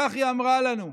היא אמרה לנו,